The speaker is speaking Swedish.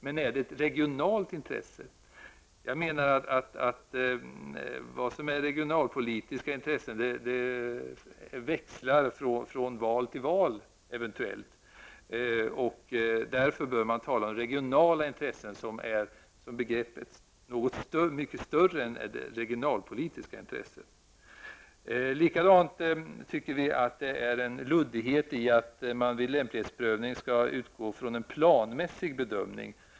Men är det ett regionalt intresse? Jag menar att vad som är regionalpolitiska intressen eventuellt växlar från val till val. Därför bör man i stället tala om regionala intressen, ett begrepp som syftar på något mycket större än ''regionalpolitiska intressen''. Vi menar också att det är en luddighet att man vid lämplighetsprövning skall utgå från en ''planmässig bedömning''.